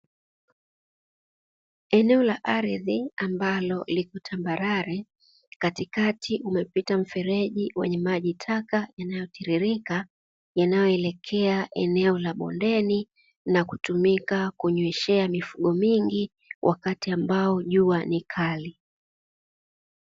Eneo la ardhi ambalo liko tambarare, katikati umepita mfereji wenye maji taka yanayotiririka yanayoelekea eneo la bondeni na kutumika kunyweshea mifugo mingi wakati ambao jua ni kali.